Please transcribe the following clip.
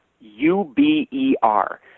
U-B-E-R